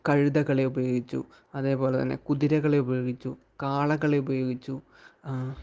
കഴുതകളെ ഉപയോഗിച്ചു അതേപോലെ തന്നെ കുതിരകളെ ഉപയോഗിച്ചു കാളകളെ ഉപയോഗിച്ചു